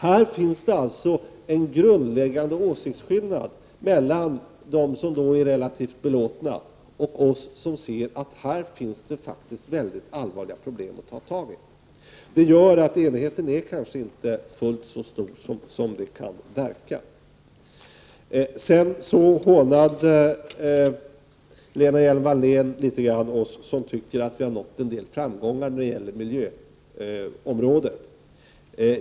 Här finns det alltså en grundläggande åsiktsskillnad mellan dem som är relativt belåtna och oss som ser att det här finns allvarliga problem att ta tag i. Det gör att enigheten kanske inte är fullt så stor som det kan verka. Lena Hjelm-Wallén hånade litet grand oss som tycker att vi har nått en del framgångar när det gäller miljöområdet.